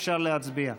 אפשר להצביע.